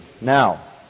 now